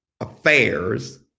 affairs